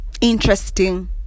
interesting